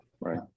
Right